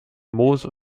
moos